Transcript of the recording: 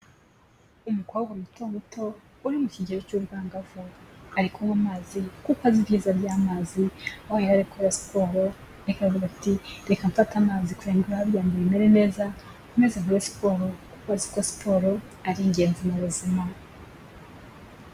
Umukobwa muto muto uri mu kigero cy'ubwangavu, ari kunywa amazi kuko azi ibyiza by'amazi, aho yari ari gukora siporo ariko aravuga ati reka mfate amazi kugira ngo ibihaha byanjye bimere neza, nkomeze nkore siporo kuko azi ko siporo ari ingenzi mu buzima.